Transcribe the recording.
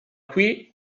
qui